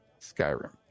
Skyrim